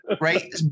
Right